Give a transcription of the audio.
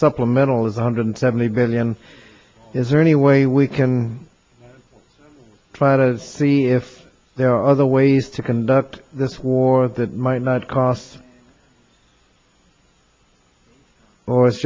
supplemental is one hundred seventy billion is there any way we can try to see if there are other ways to conduct this war that might not cost or i